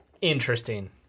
Interesting